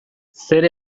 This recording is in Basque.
zer